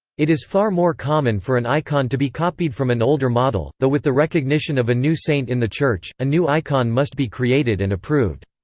it is far more common for an icon to be copied from an older model, though with the recognition of a new saint in the church, a new icon must be created and approved.